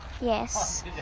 Yes